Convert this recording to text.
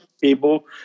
people